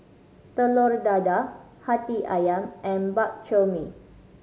Telur Dadah Hati Ayam and Bak Chor Mee